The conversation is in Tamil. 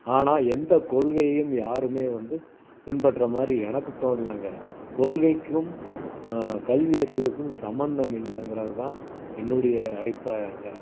ஆனால் எந்த கொள்கையும் யாருமே வந்து பின்பற்றமாதிரி எனக்கு தோண்லைங்க கொள்கைக்கும் கல்வி அறிவுக்கும் சம்பந்தம் இல்லைங்குறதுதான் என்னுடைய அபிப்ராயங்க